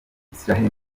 israel